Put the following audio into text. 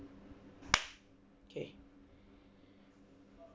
okay